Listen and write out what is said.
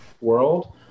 world